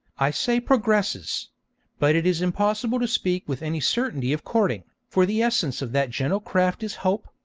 i say progresses but it is impossible to speak with any certainty of courting, for the essence of that gentle craft is hope,